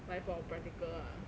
like for a practical ah